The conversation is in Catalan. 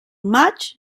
maig